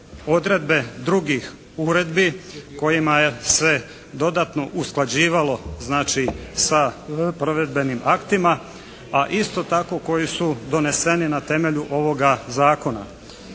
odredbe drugih uredbi kojima je sve dodatno usklađivalo znači sa provedbenim aktima, a isto tako koji su doneseni na temelju ovoga Zakona.